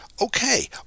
Okay